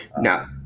Now